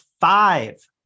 five